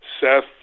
Seth